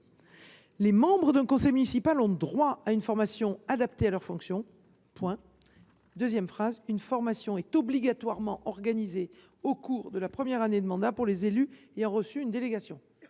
Les membres d’un conseil municipal ont droit à une formation adaptée à leurs fonctions. Une formation est obligatoirement organisée au cours de la première année de mandat pour les élus ayant reçu une délégation.